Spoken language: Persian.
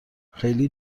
خیلی